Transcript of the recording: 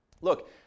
Look